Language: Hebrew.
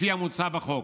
כפי המוצע בחוק?